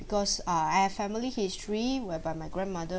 because uh I have family history whereby my grandmother